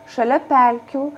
šalia pelkių